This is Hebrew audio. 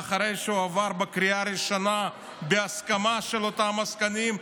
ואחרי שהוא עבר בקריאה הראשונה בהסכמה של אותם עסקנים,